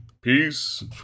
peace